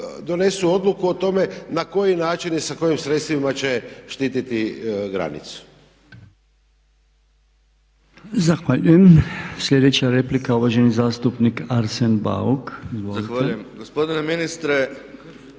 donesu odluku o tome na koji način i sa kojim sredstvima će štiti granicu.